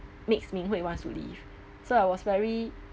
makes ming hui wants to leave so I was very